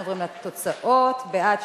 אנחנו עוברים לתוצאות: בעד,